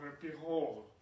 Behold